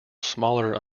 smaller